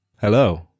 Hello